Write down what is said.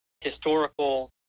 historical